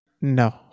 No